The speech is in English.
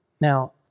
Now